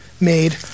made